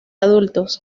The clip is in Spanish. adultos